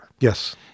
Yes